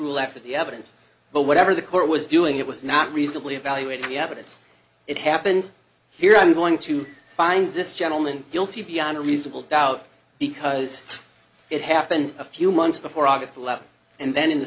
after the evidence but whatever the court was doing it was not reasonably evaluate the evidence it happened here i'm going to find this gentleman guilty beyond a reasonable doubt because it happened a few months before august eleventh and then in the